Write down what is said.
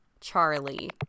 Charlie